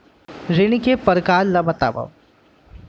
ऋण के परकार ल बतावव?